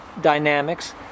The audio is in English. dynamics